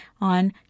on